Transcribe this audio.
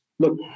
look